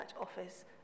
office